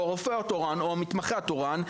או הרופא התורן או המתמחה התורן,